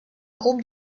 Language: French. groupe